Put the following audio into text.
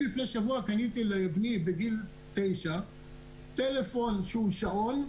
לפני שבוע קניתי לבני בן 9 טלפון שהוא שעון.